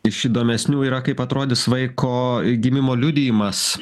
iš įdomesnių yra kaip atrodys vaiko gimimo liudijimas